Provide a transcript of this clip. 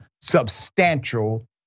substantial